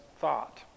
thought